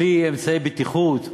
בלי אמצעי בטיחות.